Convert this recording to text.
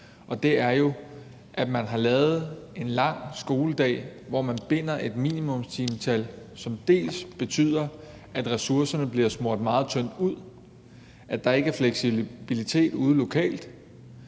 det er jo, at man har lavet en lang skoledag, hvor man binder et minimumstimetal, som betyder, at ressourcerne bliver smurt meget tyndt ud, at der ikke er fleksibilitet derude lokalt,